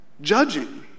judging